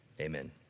amen